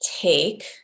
take